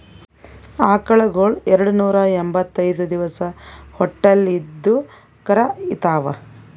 ಆಕಳಗೊಳ್ ಎರಡನೂರಾ ಎಂಭತ್ತೈದ್ ದಿವಸ್ ಹೊಟ್ಟಲ್ ಇದ್ದು ಕರಾ ಈತಾವ್